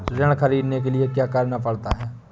ऋण ख़रीदने के लिए क्या करना पड़ता है?